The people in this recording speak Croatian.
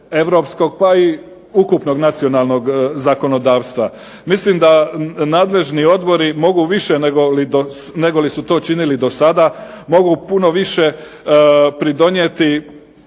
europskog pa i ukupnog nacionalnog zakonodavstva. Mislim da nadležni odbori mogu više negoli su to činili dosada. Mogu puno više pridonijeti